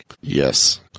Yes